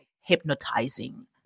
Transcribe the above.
hypnotizing